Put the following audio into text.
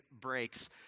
breaks